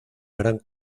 gran